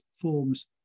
forms